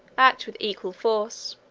act with equal force,